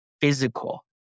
physical